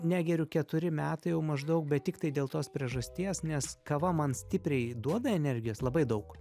negeriu keturi metai jau maždaug bet tiktai dėl tos priežasties nes kava man stipriai duoda energijos labai daug